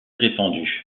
répandue